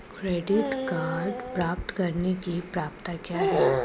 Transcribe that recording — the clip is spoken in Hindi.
क्रेडिट कार्ड प्राप्त करने की पात्रता क्या है?